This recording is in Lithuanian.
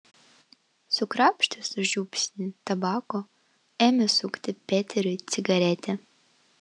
sukrapštęs žiupsnį tabako ėmė sukti peteriui cigaretę